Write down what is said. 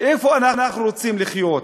איפה אנחנו רוצים לחיות?